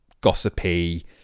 gossipy